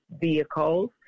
vehicles